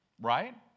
right